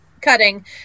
cutting